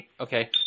Okay